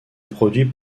produit